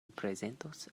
prezentos